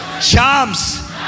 charms